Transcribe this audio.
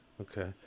Okay